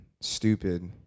stupid